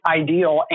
ideal